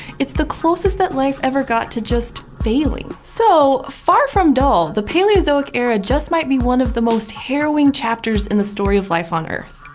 it's the closest that life ever got to just, failing. so, far from dull, the paleozoic era just might be one of the most harrowing chapters in the story of life on earth.